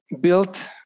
built